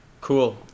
Cool